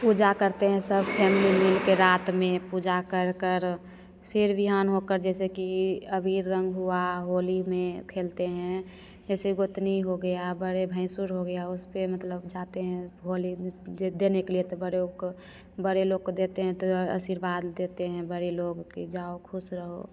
पूजा करते हैं सब फैमिली मिल कर रात में पूजा कर कर फिर बिहान होकर जैसे कि अबीर रंग हुआ होली में खेलते हैं जैसे गोतनी हो गया बड़े भसुर हो गया उस पर मतलब जाते हैं होली देने के लिए तो बड़े लोग को बड़े लोग को देते हैं तो आशीर्वाद देते है बड़े लोग की जाओ खुश रहो